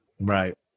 right